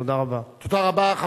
תודה רבה.